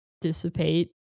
dissipate